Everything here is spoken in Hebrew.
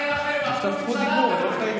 אחרי שנה השארנו חורבן, שלמה קרעי?